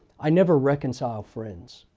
i never reconcile friends.